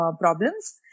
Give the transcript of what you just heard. problems